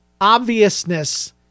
obviousness